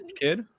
Kid